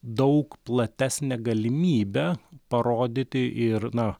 daug platesnę galimybę parodyti ir na